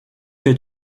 que